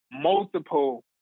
multiple